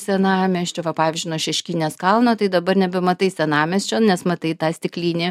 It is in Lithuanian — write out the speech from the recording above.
senamiesčio va pavyzdžiui nuo šeškinės kalno tai dabar nebematai senamiesčio nes matai tą stiklinį